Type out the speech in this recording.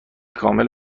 کامل